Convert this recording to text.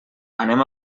anem